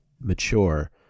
mature